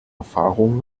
erfahrung